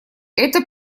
это